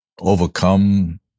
overcome